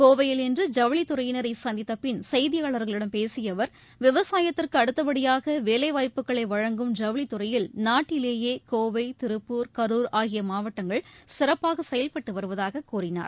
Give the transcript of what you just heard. கோவையில் இன்று ஜவுளித்துறையினரை சந்தித்தபிள் செய்தியாளர்களிடம் பேசிய அவர் விவசாயத்திற்கு அடுத்தப்படியாக வேலைவாய்ப்புகளை வழங்கும் ஜவுளித்துறையில் நாட்டிலேயே கோவை திருப்பூர் கரூர் ஆகிய மாவட்டங்கள் சிறப்பாக செயல்பட்டு வருவதாக கூறினார்